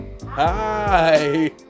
Hi